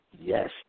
Yes